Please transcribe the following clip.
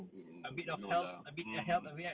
mm no lah mm